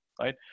right